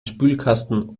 spülkasten